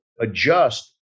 adjust